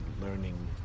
learning